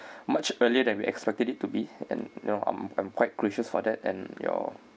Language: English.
much earlier than we expected it to be and you know I'm I'm quite gracious for that and your